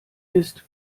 ist